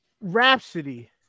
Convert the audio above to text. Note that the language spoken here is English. Rhapsody